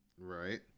Right